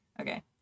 okay